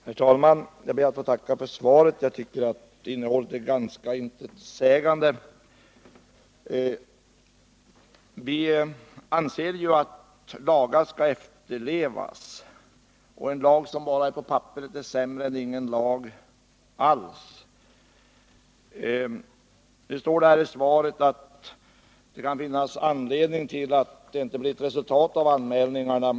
Herr talman! Jag ber att få tacka för svaret. Jag tycker att innehållet är ganska intetsägande. Vianserju att lagar skall efterlevas, och en lag som bara finns på papperet är sämre än ingen lag alls. Nu står det i svaret att det kan finnas anledning till att det inte blir resultat av anmälningarna.